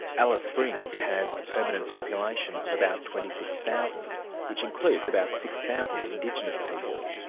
alice springs has a permanent population of about twenty six thousand which includes about six thousand indigenous people.